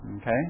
Okay